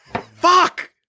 Fuck